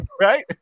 right